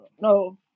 No